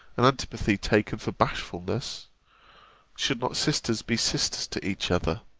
and antipathy taken for bashfulness should not sisters be sisters to each other?